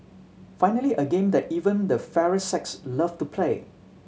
finally a game that even the fairer sex love to play